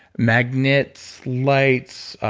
magnets, lights,